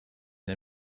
and